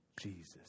Jesus